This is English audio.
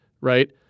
Right